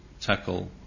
tackle